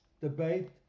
debate